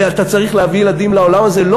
ואתה צריך להביא ילדים לעולם הזה לא